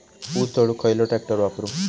ऊस तोडुक खयलो ट्रॅक्टर वापरू?